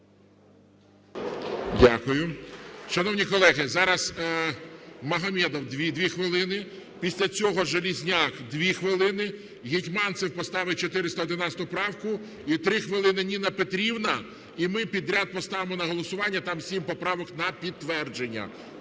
Дякую. Шановні колеги, зараз Магомедов – дві хвилини, після цього Железняк – дві хвилини, Гетманцев поставить 411 правку і три хвилини – Ніна Петрівна, і ми підряд поставимо на голосування там 7 поправок на підтвердження,